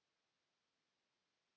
Kiitos.